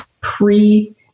pre